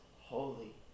holy